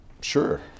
Sure